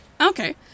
Okay